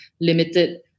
limited